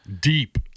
deep